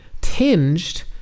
Tinged